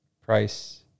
price